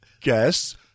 guess